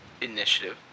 initiative